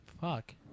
Fuck